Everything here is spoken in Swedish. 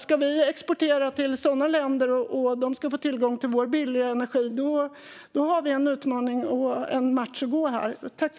Ska vi exportera till sådana länder och de få tillgång till vår billiga energi har vi en utmaning och en match att gå.